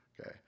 Okay